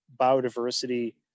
biodiversity